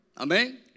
Amen